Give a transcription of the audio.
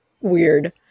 weird